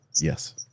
Yes